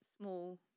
small